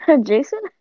jason